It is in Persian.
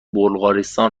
بلغارستان